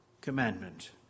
commandment